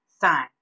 sign